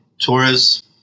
Torres